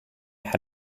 had